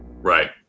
Right